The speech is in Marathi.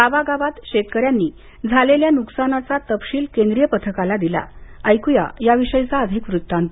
गावागावात शेतकऱ्यांनी झालेल्या नुकसानाचा तपशील केंद्रीय पथकाला दिला ऐकूया याविषयी अधिक वृत्तांत